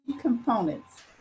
components